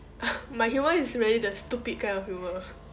my humour is really the stupid kind of humour